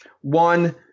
One